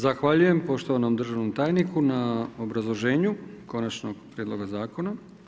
Zahvaljujem poštovanom državnom tajniku na obrazloženju Konačnog prijedloga zakona.